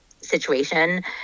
situation